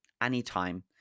anytime